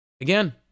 Again